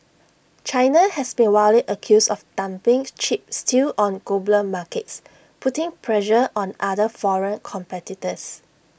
China has been widely accused of dumping cheap steel on global markets putting pressure on other foreign competitors